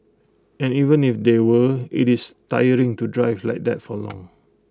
and even if there were IT is tiring to drive like that for long